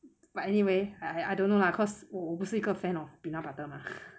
but anyway I I don't know lah cause 我我不是一个 fan of peanut butter mah